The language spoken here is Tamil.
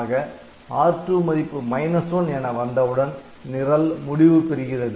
ஆக R2 மதிப்பு ' 1' என வந்தவுடன் நிரல் முடிவு பெறுகிறது